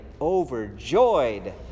overjoyed